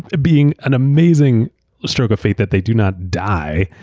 ah being an amazing stroke of faith that they do not die